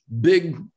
big